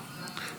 נתקבלה.